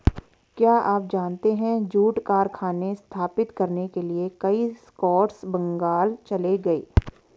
क्या आप जानते है जूट कारखाने स्थापित करने के लिए कई स्कॉट्स बंगाल चले गए?